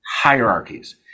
hierarchies